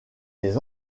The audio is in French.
les